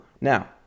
Now